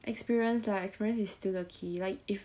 experience lah experience is still the key like if